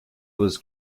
was